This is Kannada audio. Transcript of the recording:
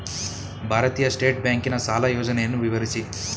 ಭಾರತೀಯ ಸ್ಟೇಟ್ ಬ್ಯಾಂಕಿನ ಸಾಲ ಯೋಜನೆಯನ್ನು ವಿವರಿಸಿ?